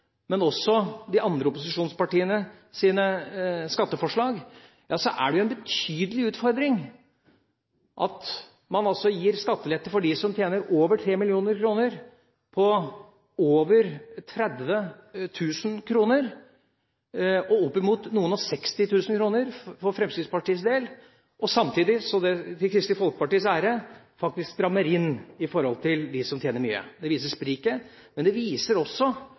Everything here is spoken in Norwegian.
men også de andre opposisjonspartienes skatteforslag, er det en betydelig utfordring å gi skattelette på over 30 000 kr til dem som tjener over 3 mill. kr – for Fremskrittspartiets del oppimot noen og seksti tusen kroner – men samtidig til Kristelig Folkepartis ære: De strammer inn for dem som tjener mye. Det viser spriket. Men det viser også